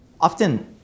often